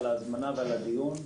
הדיון.